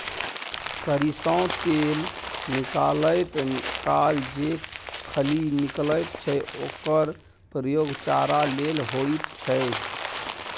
सरिसों तेल निकालैत काल जे खली निकलैत छै ओकर प्रयोग चारा लेल होइत छै